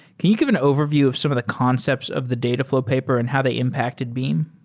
can you give an overview of some of the concepts of the datafl ow paper and how they impacted beam?